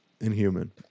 Inhuman